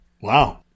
Wow